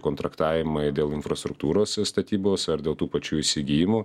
kontraktavimai dėl infrastruktūros statybos ar dėl tų pačių įsigijimų